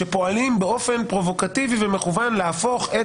שפועלים באופן פרובוקטיבי ומכוון להפוך את